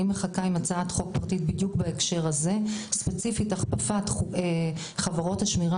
אני מחכה עם הצעת חוק פרטית בדיוק בהקשר הזה: ספציפית הכפפת חברות השמירה